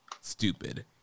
stupid